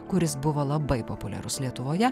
kuris buvo labai populiarus lietuvoje